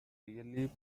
really